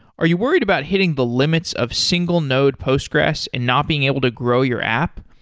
are you worried about hitting the limits of single node postgressql and not being able to grow your app,